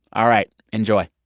all right. enjoy